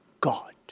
God